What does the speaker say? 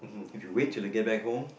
if you wait to you get back home